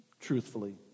truthfully